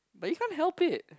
but you can't help it